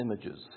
images